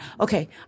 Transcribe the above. okay